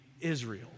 Israel